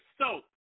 SOAP